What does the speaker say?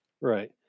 Right